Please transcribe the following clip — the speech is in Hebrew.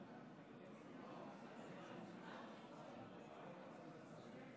הכנסת, להלן תוצאות